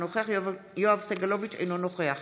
אינו נוכח יואב סגלוביץ' אינו נוכח